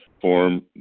form